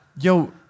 Yo